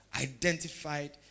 Identified